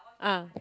ah